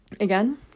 Again